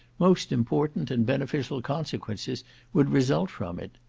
most important and beneficial consequences would result from it.